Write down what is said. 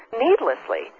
needlessly